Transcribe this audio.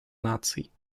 наций